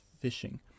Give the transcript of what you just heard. fishing